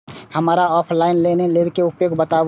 हमरा offline loan लेबे के उपाय बतबु?